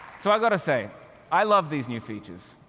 so, i've got to say i love these new features.